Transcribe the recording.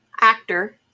actor